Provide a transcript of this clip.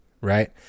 right